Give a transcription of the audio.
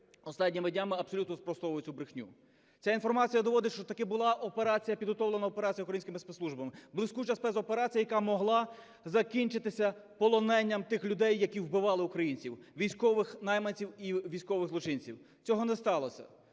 останніми днями абсолютно спростовує цю брехню. Ця інформація доводить, що таки була операція, підготовлена операція українськими спецслужбами, блискуча спецоперація, яка могла закінчитися полоненням тих людей, які вбивали українців: військових найманців і військових злочинців. Цього не сталося.